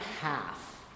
half